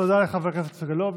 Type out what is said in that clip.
תודה לחבר הכנסת סגלוביץ'.